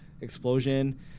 explosion